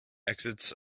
exits